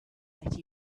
that